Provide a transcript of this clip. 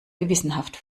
gewissenhaft